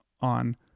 on